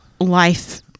life